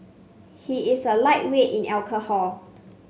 he is a lightweight in alcohol